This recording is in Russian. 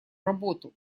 работу